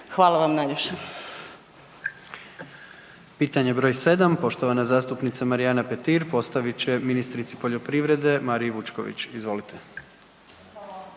Hvala vam na vašem